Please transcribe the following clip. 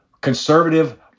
conservative